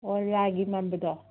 ꯑꯣ ꯂꯥꯏꯒꯤ ꯃꯥꯟꯕꯗꯣ